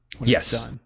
Yes